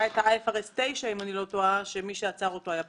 היה את ה-IFRS 9 שמי שעצר אותו היה פרופ'